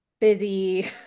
busy